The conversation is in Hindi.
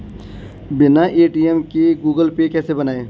बिना ए.टी.एम के गूगल पे कैसे बनायें?